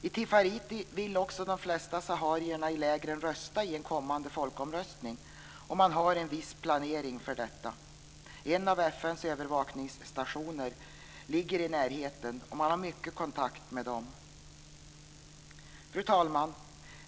I Tifariti vill också de flesta saharierna i lägren rösta i en kommande folkomröstning, och man har en viss planering för detta. En av FN:s övervakningsstationer ligger i närheten, och man har mycket kontakt med dem. Fru talman!